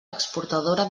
exportadora